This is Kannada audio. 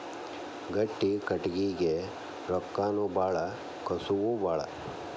ಗಟ್ಟಿ ಕಟಗಿಗೆ ರೊಕ್ಕಾನು ಬಾಳ ಕಸುವು ಬಾಳ